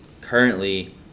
currently